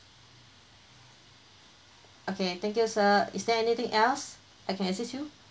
okay thank you sir is there anything else I can assist you